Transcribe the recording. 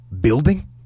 building